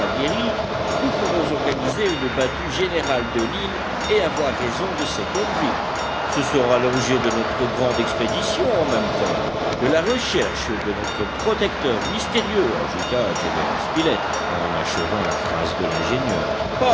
nous pourrons organiser une battue générale de l'île et avoir raison de ces convicts ce sera l'objet de notre grande expédition en même temps que la recherche de notre protecteur mystérieux ajouta gédéon spilett en achevant la phrase de l'ingénieur